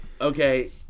okay